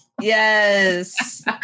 Yes